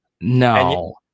No